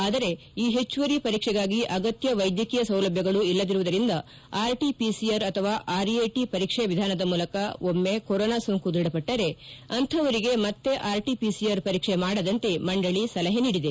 ಆದರೆ ಈ ಹೆಚ್ಚುವರಿ ಪರೀಕ್ಷೆಗಾಗಿ ಅಗತ್ತ ವೈದ್ಧಕೀಯ ಸೌಲಭ್ಯಗಳು ಇಲ್ಲದಿರುವುದರಿಂದ ಆರ್ಟಿಪಿಸಿಆರ್ ಅಥವಾ ಆರ್ಎಟಿ ಪರೀಕ್ಷಾ ವಿಧಾನದ ಮೂಲಕ ಒಮ್ನೆ ಕೊರೊನಾ ಸೋಂಕು ದ್ವಢಪಟ್ಲರೆ ಅಂತಹವರಿಗೆ ಮತ್ತೆ ಆರ್ಟಿಪಿಸಿಆರ್ ಪರೀಕ್ಷೆ ಮಾಡದಂತೆ ಮಂಡಳಿ ಸಲಹೆ ನೀಡಿದೆ